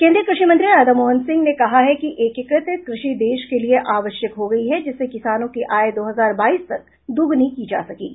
केन्द्रीय कृषि मंत्री राधा मोहन सिंह ने कहा है कि एकीकृत कृषि देश के लिए आवश्यक हो गयी है जिससे किसानों की आय दो हजार बाईस तक दुगुनी की जा सकेगी